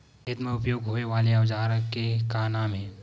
खेत मा उपयोग होए वाले औजार के का नाम हे?